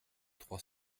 trois